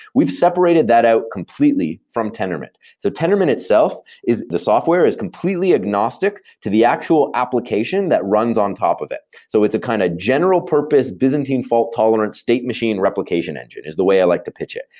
we've separated that out completely from tendermint. so tendermint itself, the software, is completely agnostic to the actual application that runs on top of it. so it's a kind of general purpose, byzantine fault-tolerant state machine replication engine is the way i like to pitch it.